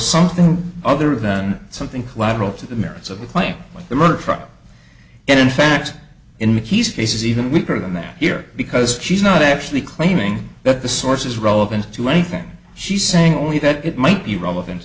something other than something clavicle to the merits of the claim the murder trial and in fact in mickey's case is even weaker than that here because she's not actually claiming that the source is relevant to anything she's saying only that it might be relevant